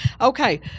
okay